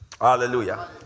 Hallelujah